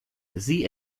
sie